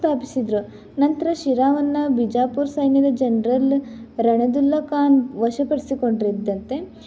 ಸ್ಥಾಪಿಸಿದ್ದರು ನಂತರ ಶಿರಾವನ್ನು ಬಿಜಾಪುರ ಸೈನ್ಯದ ಜನ್ರಲ್ ರಣದುಲ್ಲಾ ಖಾನ್ ವಶಪಡಿಸ್ಕೊಂಡಿದ್ದರಂತೆ